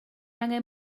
angen